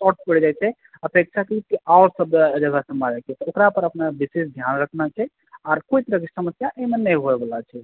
short परि जाइ छै फेर और सब जगह सॅं मारै छै एकरा पर अपने विशेष ध्यान राखनाइ छै आर कोइ तरह के समस्या अइ मे नहि हुए बला छै